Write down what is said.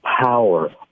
power